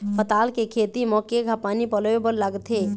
पताल के खेती म केघा पानी पलोए बर लागथे?